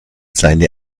seine